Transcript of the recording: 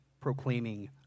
proclaiming